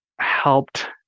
helped